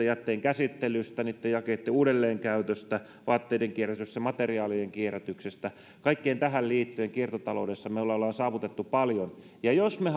jätteenkäsittelystä niitten jakeitten uudelleenkäytöstä vaatteiden kierrätyksestä tai materiaalien kierrätyksestä niin kaikkeen tähän liittyen kiertotaloudessa me olemme saavuttaneet paljon jos me